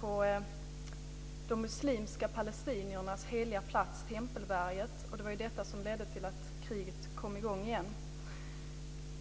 på de muslimska palestiniernas heliga plats Tempelberget. Det var detta som ledde till att kriget kom i gång igen.